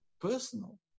personal